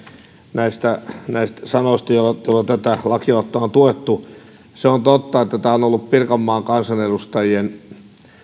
näistä näistä sanoista joilla tätä lakialoitetta on tuettu se on totta että se on ollut pirkanmaan kansanedustajien